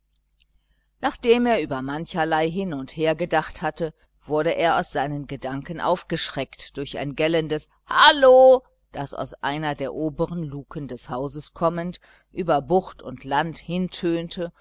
nachdem er über mancherlei hin und her gedacht hatte wurde er aus seinen gedanken aufgeschreckt durch ein gellendes hallo das aus einer der oberen luken des hauses kommend über bucht und land